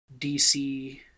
DC